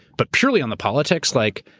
but purely on the politics, like